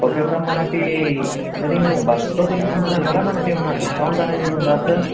okay sir మనకు అంటే నేను బల్క్స్లో తీసుకుంటున్న కదా మనకు ఏమైన డిస్కౌంట్ అనేది ఉందా సార్